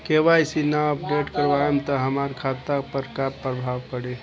KYC ना update करवाएम त हमार खाता पर का प्रभाव पड़ी?